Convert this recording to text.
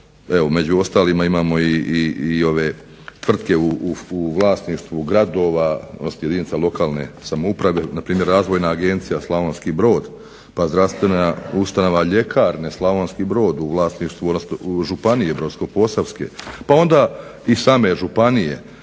među ostalima imamo i ove tvrtke u vlasništvu gradova, odnosno jedinica lokalne samouprave. Na primjer Razvojna agencija Slavonski Brod, pa zdravstvena ustanova Ljekarne Slavonski Brod u vlasništvu Županije brodsko-posavske, pa onda i same županije